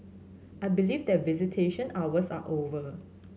I believe that visitation hours are over